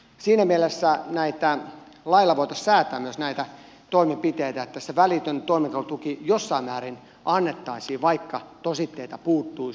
siinä mielessä lailla voitaisiin säätää myös näitä toimenpiteitä että se välitön toimeentulotuki jossain määrin annettaisiin vaikka tositteita puuttuisi